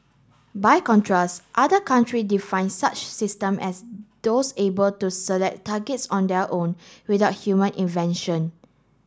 by contrast other country define such system as those able to select targets on their own without human invention